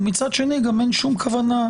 ומצד שני גם אין שום כוונה,